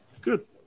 Good